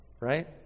right